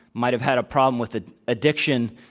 might have had a problem with ah addiction,